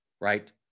right